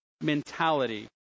mentality